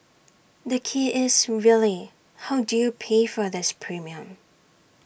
the key is really how do you pay for this premium